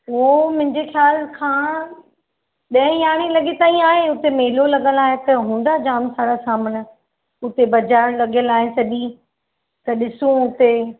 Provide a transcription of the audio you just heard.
वो मुंहिंजे ख़्याल खां ॾह यारहं लॻे ताईं आहे हुते मेलो लॻल आहे हुते हूंदा जाम सारा सामान हुते हुते बाज़ारि लॻियल आहे सॼी त ॾिसो हुते